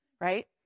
Right